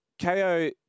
KO